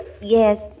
Yes